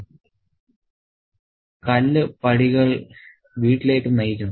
'കല്ല് പടികൾ വീട്ടിലേക്ക് നയിക്കുന്നു